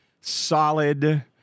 solid